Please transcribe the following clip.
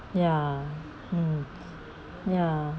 ya mm ya